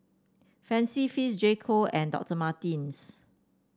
Fancy Feast J Co and Doctor Martens